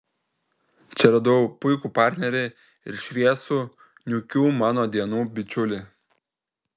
čia radau puikų partnerį ir šviesų niūkių mano dienų bičiulį